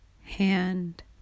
hand